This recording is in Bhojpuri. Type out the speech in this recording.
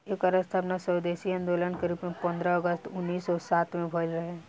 एकर स्थापना स्वदेशी आन्दोलन के रूप में पन्द्रह अगस्त उन्नीस सौ सात में भइल रहे